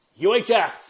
UHF